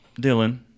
Dylan